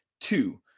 two